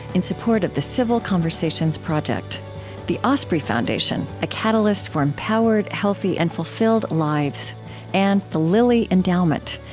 in support of the civil conversations project the osprey foundation a catalyst for empowered, healthy, and fulfilled lives and the lilly endowment,